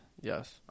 Yes